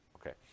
okay